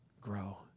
grow